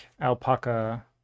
alpaca